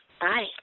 bye